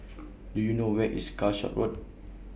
Do YOU know Where IS Calshot Road